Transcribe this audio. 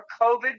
COVID